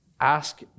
Ask